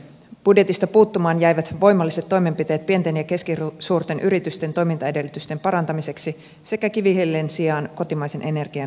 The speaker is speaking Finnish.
budjetista puuttumaan jäivät voimalliset toimenpiteet pienten ja keskisuurten yritysten toimintaedellytysten parantamiseksi sekä kivihiilen sijaan kotimaisen energian lisääminen